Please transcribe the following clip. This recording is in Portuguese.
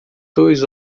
dois